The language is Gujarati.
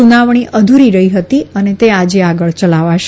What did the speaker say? સુનાવણી અધુરી રહી હતી અને તે આજે આગળ યલાવાશે